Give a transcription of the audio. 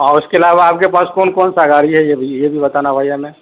اور اس کے علاوہ آپ کے پاس کون کون سا گاڑی ہے یہ بھی یہ بھی بتانا بھائی ہمیں